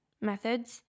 methods